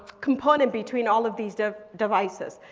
component between all of these devices.